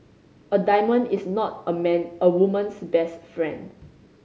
a diamond is not a man a woman's best friend